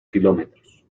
kilómetros